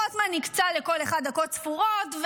רוטמן הקצה לכל אחד דקות ספורות,